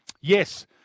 Yes